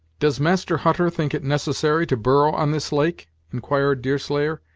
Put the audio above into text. does master hutter think it necessary to burrow on this lake? inquired deerslayer,